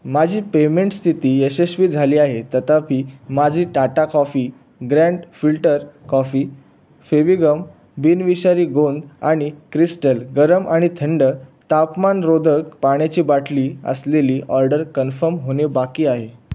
माझी पेमेंट स्थिती यशस्वी झाली आहे तथापी माझी Tata coffee grand filter coffee Fevigum बिनविषारी गोंद आणि क्रिस्टल गरम आणि थंड तापमानरोधक पाण्याची बाटली असलेली ऑर्डर कन्फम होणे बाकी आहे